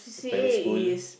primary school